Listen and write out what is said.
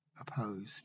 opposed